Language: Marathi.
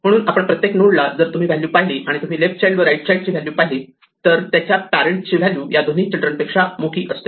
म्हणून प्रत्येक नोडला जर तुम्ही व्हॅल्यू पाहिली आणि तुम्ही लेफ्ट चाइल्ड व राईट चाइल्ड ची व्हॅल्यू पाहिली तर त्याच्या पॅरेण्ट ची व्हॅल्यू या दोन्ही चिल्ड्रन पेक्षा मोठी असते